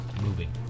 moving